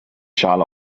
schale